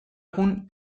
egun